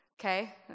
okay